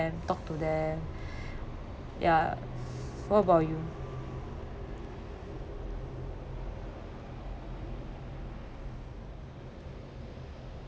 them talk to them ya what about you